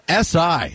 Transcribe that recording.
SI